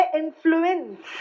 influence